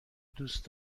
دوست